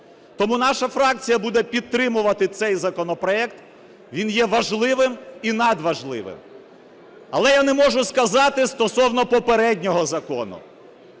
Тому наша фракція буде підтримувати цей законопроект, він є важливим і надважливим. Але я не можу сказати стосовно попереднього закону.